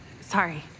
sorry